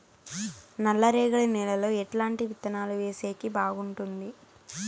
నల్లరేగడి నేలలో ఎట్లాంటి విత్తనాలు వేసేకి బాగుంటుంది?